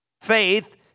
Faith